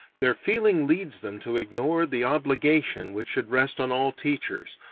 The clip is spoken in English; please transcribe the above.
their feeling leads them to ignore the obligation which should rest on all teachers,